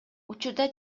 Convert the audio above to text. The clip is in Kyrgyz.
учурда